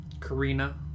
Karina